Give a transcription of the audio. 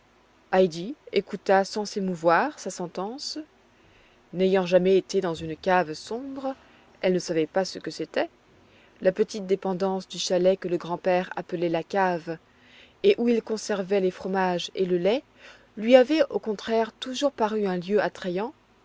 n'ayant jamais été dans une cave sombre elle ne savait pas ce que c'était la petite dépendance du chalet que le grand-père appelait la cave et où il conservait les fromages et le lait lui avait au contraire toujours paru un lieu attrayant